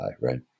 right